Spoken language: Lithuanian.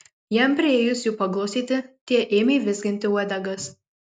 jam priėjus jų paglostyti tie ėmė vizginti uodegas